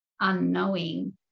unknowing